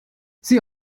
sie